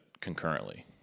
concurrently